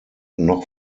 noch